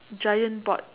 giant bot